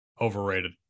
overrated